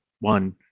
one